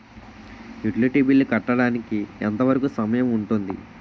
Utility bill కట్టడానికి ఎంత వరుకు సమయం ఉంటుంది?